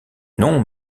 non